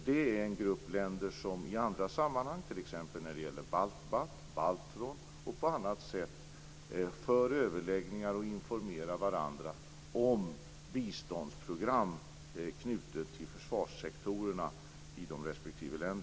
Det är en grupp länder som i andra sammanhang, t.ex. när det gäller BALTBAT, BALTRON m.m., för överläggningar och informerar varandra om biståndsprogram knutna till försvarssektorerna i respektive land.